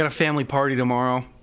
and family party tomorrow